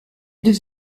deux